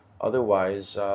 Otherwise